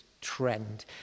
trend